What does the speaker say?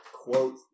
quote